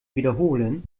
wiederholen